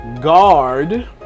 guard